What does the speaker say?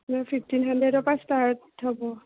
আপোনাৰ ফিফটিন হানড্ৰেদৰ পৰা ষ্টাৰ্ট হ'ব